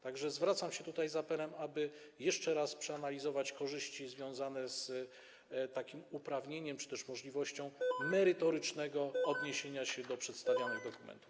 Tak że zwracam się tutaj z apelem, aby jeszcze raz przeanalizować korzyści związane z takim uprawnieniem czy też możliwością merytorycznego odniesienia się do przedstawianych dokumentów.